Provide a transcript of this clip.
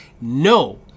no